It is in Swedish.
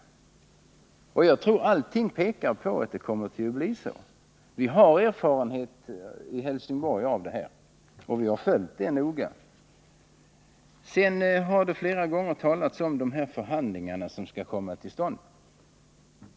Och jag tycker allting pekar på att det kommer att bli så. Vi har i Helsingborg erfarenhet av detta; vi har noga följt utvecklingen. Det har flera gånger talats om de förhandlingar som skall komma till stånd.